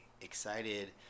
excited